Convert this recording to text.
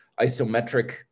isometric